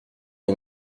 les